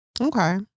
Okay